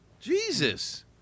Jesus